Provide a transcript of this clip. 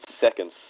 seconds